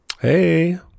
Hey